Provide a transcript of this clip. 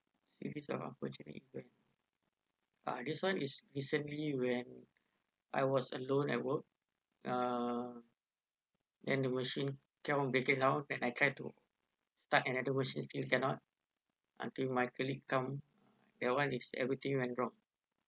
if it's an opportunity where ah this one is recently when I was alone at work uh then the machine kept on breaking out and I try to start another machine still cannot until my colleague come that one is everything went wrong